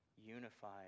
unified